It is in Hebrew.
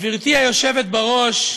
גברתי היושבת בראש,